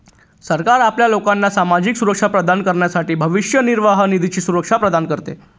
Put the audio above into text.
सरकार आपल्या लोकांना सामाजिक सुरक्षा प्रदान करण्यासाठी भविष्य निर्वाह निधीची सुविधा प्रदान करते